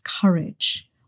courage